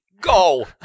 Go